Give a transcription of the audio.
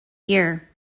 year